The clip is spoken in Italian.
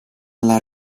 alla